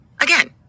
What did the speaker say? Again